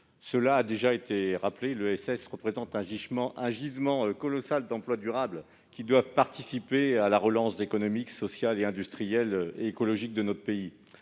cela a déjà été rappelé, l'ESS représente un gisement colossal d'emplois durables, qui doivent participer à la relance économique, sociale, industrielle et écologique de notre pays.